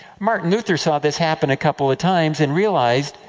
martin luther saw this happen a couple of times, and realized,